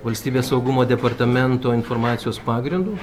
valstybės saugumo departamento informacijos pagrindu